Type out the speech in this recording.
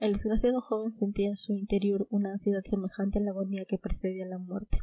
el desgraciado joven sentía en su interior una ansiedad semejante a la agonía que precede a la muerte